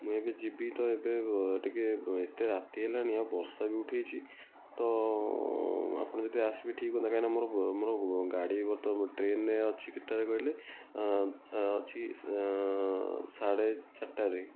ମୁଁ ଏବେ ଯିବି ତ ଏବେ ଟିକେ ଏତେ ରାତି ହେଲାଣି ଆଉ ବର୍ଷା ବି ଉଠାଇଛି ତ ଆପଣ ଯଦି ଆସିବେ ଠିକ୍ ହୁଅନ୍ତା କାହିଁକି ମୋର ମୋର ଗାଡ଼ି ଟ୍ରେନ୍ରେ ଅଛି କେତେଟାରେ କହିଲେ ଅଛି ସାଢ଼େ ଚାରିଟାରେ